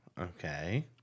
Okay